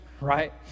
right